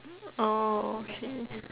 oh okay